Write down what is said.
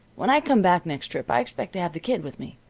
when i come back next trip, i expect to have the kid with me,